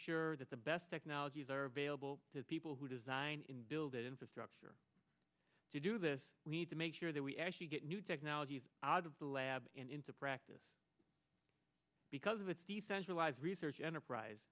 sure that the best technologies are available to people who design in build it infrastructure to do this we need to make sure that we actually get new technologies out of the lab and into practice because with the centralized research enterprise